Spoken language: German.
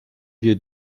wir